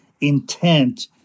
intent